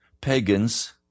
Pagans